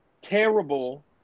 terrible